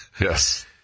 Yes